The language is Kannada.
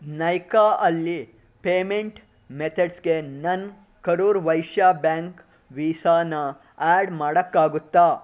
ನೈಕಾ ಅಲ್ಲಿ ಪೇಮೆಂಟ್ ಮೆಥಡ್ಸ್ಗೆ ನನ್ನ ಕರೂರ್ ವೈಶ್ಯ ಬ್ಯಾಂಕ್ ವೀಸಾನ ಆ್ಯಡ್ ಮಾಡೋಕ್ಕಾಗುತ್ತ